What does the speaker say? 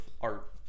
art